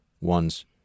one's